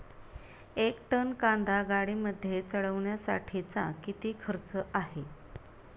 एक टन कांदा गाडीमध्ये चढवण्यासाठीचा किती खर्च आहे?